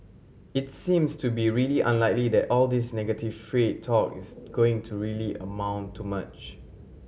it's seems to be really unlikely that all this negative trade talk is going to really amount to much